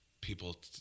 people